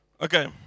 Okay